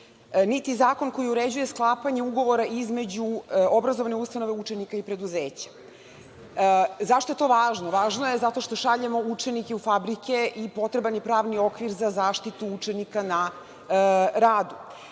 niti zakon koji uređuje sklapanje ugovora između obrazovne ustanove, učenika i preduzeća. Zašto je to važno? Važno je zato što šaljemo ljude u fabrike, i potreban je pravni okvir za zaštitu učenika na radu.